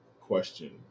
question